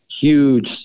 huge